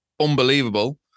unbelievable